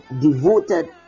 Devoted